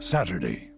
Saturday